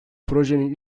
projenin